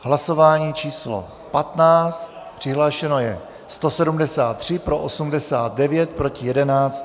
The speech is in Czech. V hlasování číslo 15 přihlášeno je 173, pro 89, proti 11.